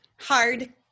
hard